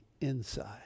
inside